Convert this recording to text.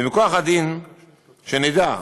שנדע,